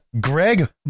Greg